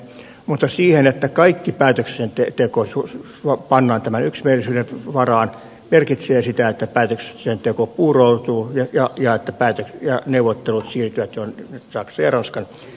mutta se että kaikki päätöksenteko pannaan yksimielisyyden varaan merkitsee sitä että päätöksenteko puuroutuu ja neuvottelut siirtyvät saksan ja ranskan välisiksi